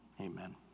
Amen